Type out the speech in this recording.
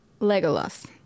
Legolas